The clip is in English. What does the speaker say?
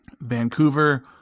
Vancouver